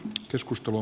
nyt keskustelu